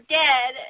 dead